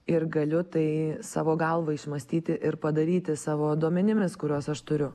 ir galiu tai savo galva išmąstyti ir padaryti savo duomenimis kuriuos aš turiu